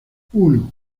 uno